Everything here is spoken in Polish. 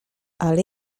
ale